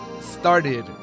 started